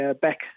back